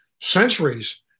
centuries